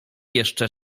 jeszcze